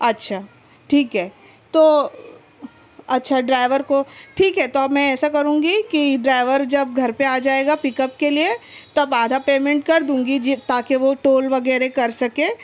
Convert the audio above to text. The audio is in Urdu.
اچھا ٹھیک ہے تو اچھا ڈرائیور کو ٹھیک ہے تو میں ایسا کروں گی کہ ڈرائیور جب گھر پہ آ جائے گا پک اپ کے لیے تب آدھا پیمنٹ کر دوں گی تاکہ وہ ٹول وغیرہ کر سکے